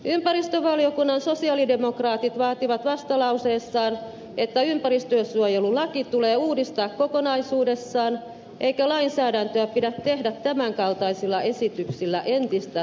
ympäristövaliokunnan sosialidemokraatit vaativat vastalauseessaan että ympäristönsuojelulaki tulee uudistaa kokonaisuudessaan eikä lainsäädäntöä pidä tehdä tämänkaltaisilla esityksillä entistä sekavammaksi